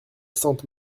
sente